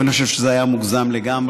אבל אני חושב שזה היה מוגזם לגמרי.